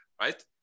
right